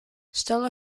stellar